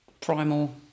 primal